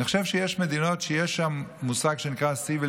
אני חושב שיש מדינות שבהן יש מושג שנקראcivil